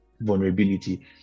vulnerability